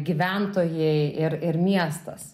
gyventojai ir ir miestas